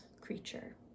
creature